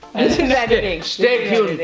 this is editing. stay tuned!